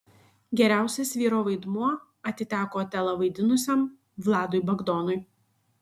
geriausias vyro vaidmuo atiteko otelą vaidinusiam vladui bagdonui